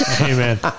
Amen